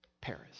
Paris